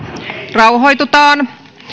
rauhoitutaan